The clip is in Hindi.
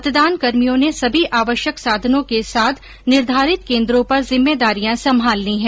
मतदानकर्मियों ने सभी आवश्यक साधनों के साथ निर्धारित केन्द्रों पर जिम्मेदारियां संभाल ली है